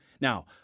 Now